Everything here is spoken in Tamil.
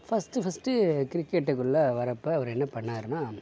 ஃபஸ்ட்டு ஃபஸ்ட்டு கிரிக்கெட்டுக்குள்ள வரப்ப அவர் என்ன பண்ணாருன்னா